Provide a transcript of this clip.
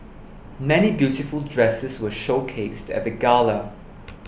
many beautiful dresses were showcased at the gala